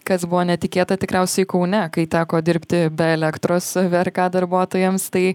kas buvo netikėta tikriausiai kaune kai teko dirbti be elektros vrk darbuotojams tai